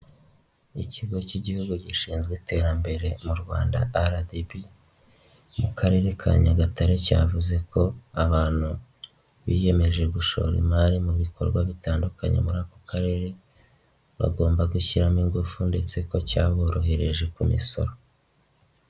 Ikigo cy'Igihugu gishinzwe iterambere mu Rwanda RDB, mu Karere ka Nyagatare cyavuze ko abantu biyemeje gushora imari mu bikorwa bitandukanye muri ako Karere, bagomba gushyiramo ingufu ndetse ko cyaborohereje ku misoro.